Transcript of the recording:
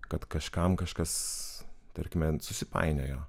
kad kažkam kažkas tarkime susipainiojo